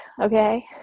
okay